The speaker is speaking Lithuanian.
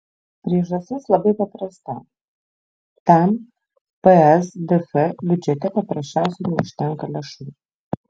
priežastis labai paprasta tam psdf biudžete paprasčiausiai neužtenka lėšų